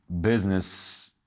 business